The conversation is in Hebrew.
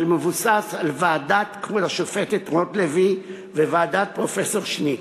המבוסס על ועדת כבוד השופטת רוטלוי וועדת פרופסור שניט.